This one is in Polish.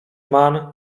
mann